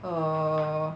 err